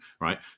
right